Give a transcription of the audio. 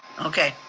okay.